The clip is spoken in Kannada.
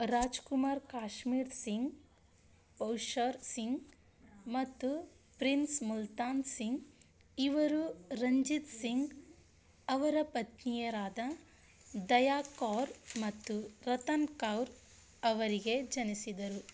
ರಾಜ್ ಕುಮಾರ್ ಕಾಶ್ಮೀರ್ ಸಿಂಗ್ ಪೌಷಾರ್ ಸಿಂಗ್ ಮತ್ತು ಪ್ರಿನ್ಸ್ ಮುಲ್ತಾನ್ ಸಿಂಗ್ ಇವರು ರಂಜಿತ್ ಸಿಂಗ್ ಅವರ ಪತ್ನಿಯರಾದ ದಯಾ ಕೌರ್ ಮತ್ತು ರತನ್ ಕೌರ್ ಅವರಿಗೆ ಜನಿಸಿದರು